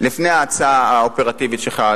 לפני ההצעה האופרטיבית שלך,